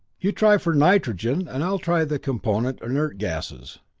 you try for nitrogen and i'll try the component inert gasses.